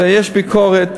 ויש ביקורת.